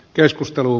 keskustelu